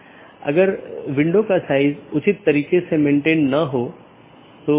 यह पूरे मेश की आवश्यकता को हटा देता है और प्रबंधन क्षमता को कम कर देता है